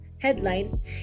Headlines